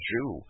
Jew